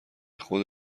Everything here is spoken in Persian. خود